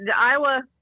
Iowa